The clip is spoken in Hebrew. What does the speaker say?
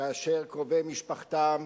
קרובי משפחתם